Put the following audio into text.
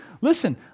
Listen